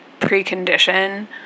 precondition